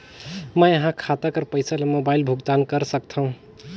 मैं ह खाता कर पईसा ला मोबाइल भुगतान कर सकथव?